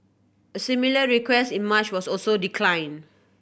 a similar request in March was also declined